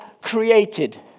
created